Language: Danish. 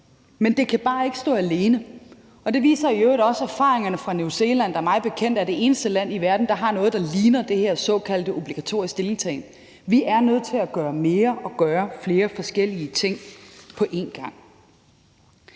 Men det kan bare ikke stå alene, og det viser i øvrigt også erfaringerne fra New Zealand, der mig bekendt er det eneste land i verden, der har noget, der ligner den her såkaldte obligatoriske stillingtagen. Vi er nødt til at gøre mere og gøre flere forskellige ting på én gang.